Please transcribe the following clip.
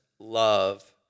love